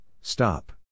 stop